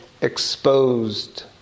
exposed